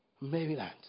Maryland